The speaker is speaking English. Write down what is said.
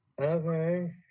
okay